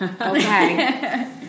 Okay